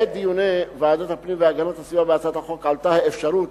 בעת דיוני ועדת הפנים והגנת הסביבה בהצעת החוק עלתה האפשרות